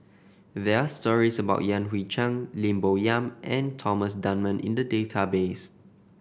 there are stories about Yan Hui Chang Lim Bo Yam and Thomas Dunman in the database